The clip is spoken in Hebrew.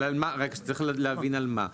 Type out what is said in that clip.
אבל צריך להבין על מה.